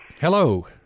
Hello